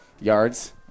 yards